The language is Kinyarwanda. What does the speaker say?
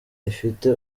ifite